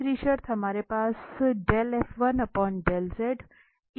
तीसरी शर्त हमारे पास है